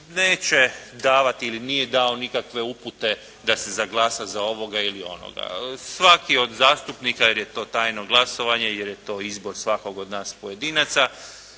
neće davati ili nije dao nikakve upute da se sad glasa za ovoga ili onoga. Svaki od zastupnika, jer je to tajno glasovanje, jer je to izbor svakog od nas pojedinaca,